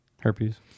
Herpes